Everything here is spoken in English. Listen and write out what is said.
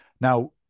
Now